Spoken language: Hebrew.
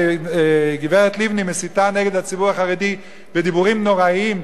מכיוון שגברת לבני מסיתה נגד הציבור החרדי בדיבורים נוראים,